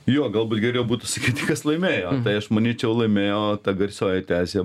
jo galbūt geriau būtų sakyti kas laimėjo tai aš manyčiau laimėjo ta garsioji tezė